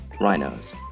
Rhinos